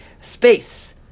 space